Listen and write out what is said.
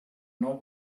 know